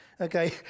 Okay